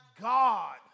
God